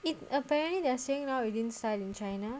it apparently they're saying now it didn't in china